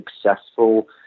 successful